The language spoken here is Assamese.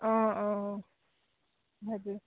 অঁ অঁ